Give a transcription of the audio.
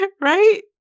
Right